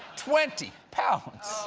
twenty pounds?